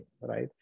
right